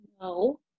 No